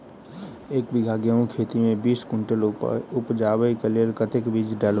एक बीघा गेंहूँ खेती मे बीस कुनटल उपजाबै केँ लेल कतेक बीज डालबै?